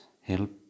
help